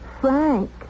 Frank